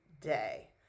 day